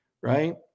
right